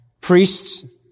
priests